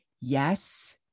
yes